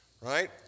right